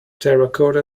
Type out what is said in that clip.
terracotta